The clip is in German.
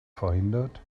verhindert